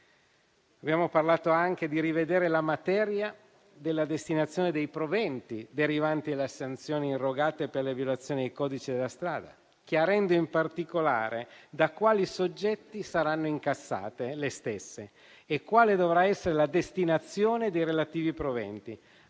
Abbiamo parlato anche di rivedere la materia della destinazione dei proventi derivanti da sanzioni irrogate per le violazioni del codice della strada, chiarendo in particolare da quali soggetti saranno incassate le stesse e quale dovrà essere la destinazione dei relativi proventi,